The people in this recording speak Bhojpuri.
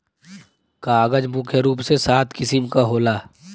कागज मुख्य रूप से सात किसिम क होला